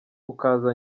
ukaza